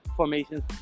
formations